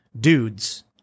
dudes